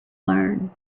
learn